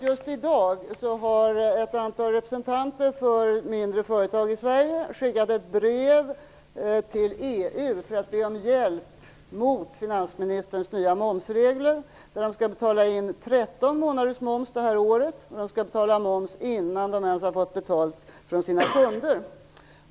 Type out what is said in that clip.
Just i dag har ett antal representanter för mindre företag i Sverige skickat ett brev till EU för att be om hjälp mot finansministerns nya momsregler. Företagarna skall under det här året betala in 13 månaders moms, och de skall betala in moms innan de ens har fått betalt från sina kunder.